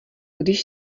když